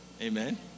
amen